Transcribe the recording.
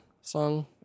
song